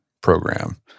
program